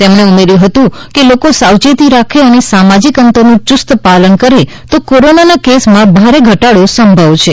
તેમણે ઉમેર્યું હતું કે લોકો સાવચેતી રાખે અને સામાજિક અંતરનું યુસ્ત પાલન કરે તો કોરોનાના કેસમાં ભારે ઘટાડો સંભવ છે